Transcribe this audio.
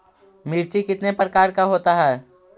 मिर्ची कितने प्रकार का होता है?